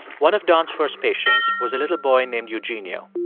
one of don's first patients was a little boy named eugenio.